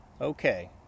Okay